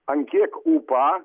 ant kiek upa